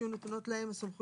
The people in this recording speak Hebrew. לקבוע אמרנו את אופן הסימון.